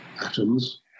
atoms